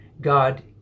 God